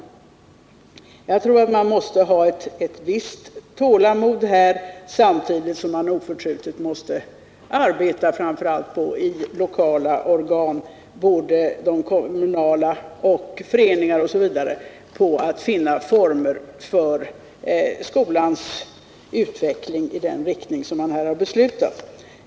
Jag tror att man måste ha ett visst tålamod här samtidigt som man oförtrutet måste arbeta, framför allt i lokala organ, kommunala organ, föreningar osv., på att finna former för skolans utveckling i den riktning som har beslutats.